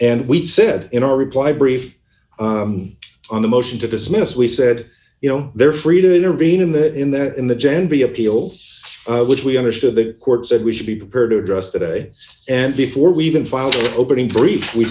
and we said in our reply brief on the motion to dismiss we said you know they're free to intervene in that in that in the gendry appeal which we understood the court said we should be prepared to address today and before we even filed opening brief